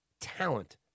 talent